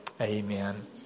Amen